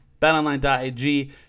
betonline.ag